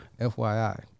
FYI